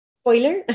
Spoiler